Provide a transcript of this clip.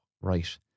right